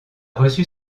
reçu